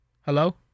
hello